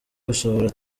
gusohora